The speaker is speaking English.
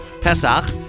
Pesach